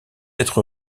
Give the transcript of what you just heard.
être